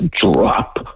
drop